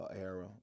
era